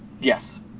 yes